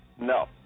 No